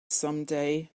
someday